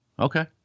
Okay